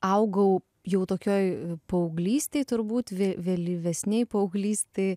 augau jau tokioj paauglystėj turbūt vėlyvesnėj paauglystėj